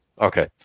Okay